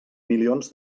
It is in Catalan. milions